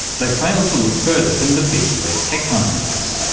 they fail to look further than the big us tech companies.